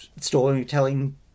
storytelling